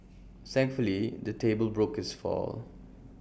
thankfully the table broke his fall